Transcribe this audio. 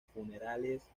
funerales